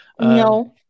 No